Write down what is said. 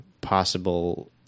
possible